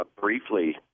briefly—